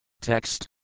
Text